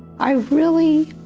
i really